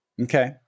okay